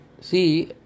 See